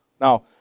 Now